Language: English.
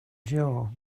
jaw